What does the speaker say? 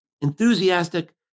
enthusiastic